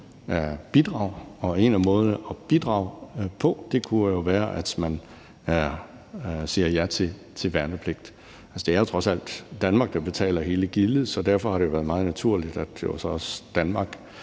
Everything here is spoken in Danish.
en af måderne at bidrage på kunne jo være, at man siger ja til værnepligt. Det er trods alt Danmark, der betaler hele gildet, så derfor har det jo været meget naturligt, at det